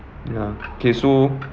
ya kay so